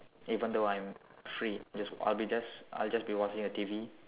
even though I'm free just I'll be just I'll just be watching the T_V